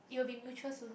it will be mutual soon